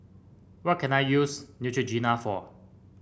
what can I use Neutrogena for